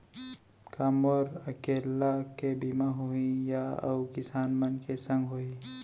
का मोर अकेल्ला के बीमा होही या अऊ किसान मन के संग होही?